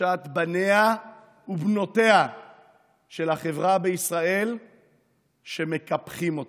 מתחושת בניה של החברה בישראל שמקפחים אותם.